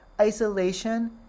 Isolation